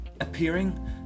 appearing